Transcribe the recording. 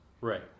Right